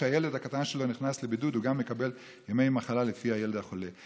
כשהילד הקטן שלו נכנס לבידוד הוא גם מקבל ימי מחלה לפי הילד החולה,